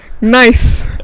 Nice